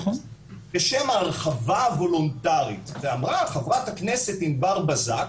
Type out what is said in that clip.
בשם ההרחבה הוולונטרית ואמרה חברת הכנסת ענבר בזק